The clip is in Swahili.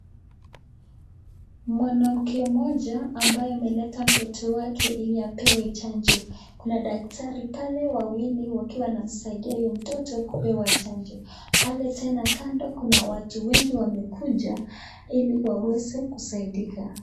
Mwanamke mmoja ambaye ameleta mtoto wake ili apewe chanjo. Kuna daktari wawili pale wakiwa wanamsaidia. Kando pia kuna watu wengi wamekuja ili waweze kusaidika.